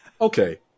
okay